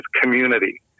community